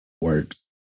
works